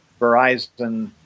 Verizon